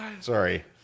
sorry